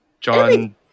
John